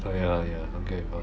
ah ya ya okay sorry